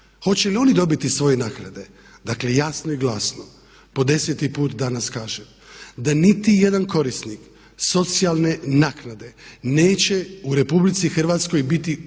hoće li oni dobiti svoje naknade? Dakle jasno i glasno po deseti put danas kažem, da niti jedan korisnik socijalne naknade neće u RH biti uskraćen